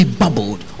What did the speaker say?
bubbled